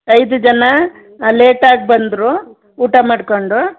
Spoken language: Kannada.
ಐದು ಜನ ಲೇಟಾಗಿ ಬಂದರು ಊಟ ಮಾಡಿಕೊಂಡು